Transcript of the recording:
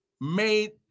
made